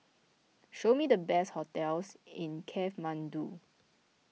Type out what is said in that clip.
show me the best hotels in Kathmandu